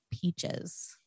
peaches